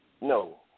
no